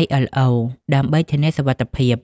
ILO ដើម្បីធានាសុវត្ថិភាព។